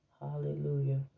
Hallelujah